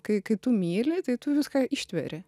kai kai tu myli tai tu viską ištveri